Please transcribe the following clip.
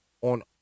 on